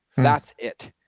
that's it?